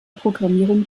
programmierung